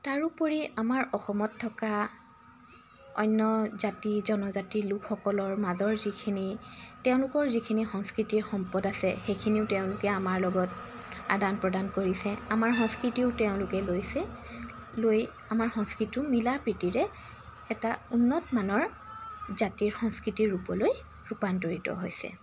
তাৰোপৰি আমাৰ অসমত থকা অন্য জাতি জনজাতিৰ লোকসকলৰ মাজৰ যিখিনি তেওঁলোকৰ যিখিনি সংস্কৃতি সম্পদ আছে সেইখিনিও তেওঁলোকে আমাৰ লগত আদান প্ৰদান কৰিছে আমাৰ সংস্কৃতিও তেওঁলোকে লৈছে লৈ আমাৰ সংস্কৃতিও মিলা প্ৰীতিৰে এটা উন্নত মানৰ জাতিৰ সংস্কৃতি ৰূপলৈ ৰুপান্তৰিত হৈছে